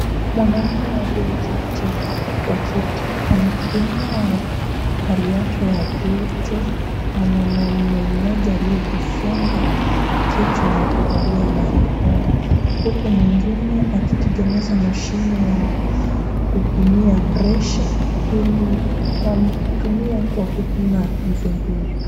Mwanaume aliyeketi kwa kiti anapimwa hali yake ya joto na mwanume mmoja aliyejifunga kichwa na kuvalia barakoa, huku mwengine akitengeneza mashine ya kupimia pressure ili wamtumie kwa kupima mzee huyu.